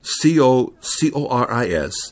C-O-C-O-R-I-S